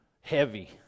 heavy